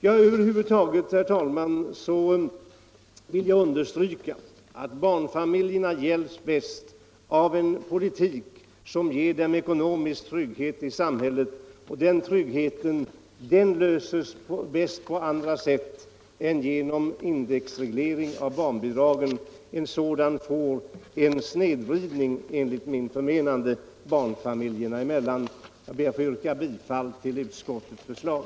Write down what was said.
Sammanfattningsvis, herr talman, vill jag understryka att barnfamiljerna gynnas bäst av en politik som ger dem ekonomisk trygghet i samhället, och den tryggheten åstadkommes bäst på andra sätt än genom indexreglering av barnbidragen. En sådan får enligt mitt förmenande till följd en snedvridning barnfamiljerna emellan. Jag ber att få yrka bifall till utskottets förslag.